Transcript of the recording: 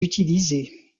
utilisé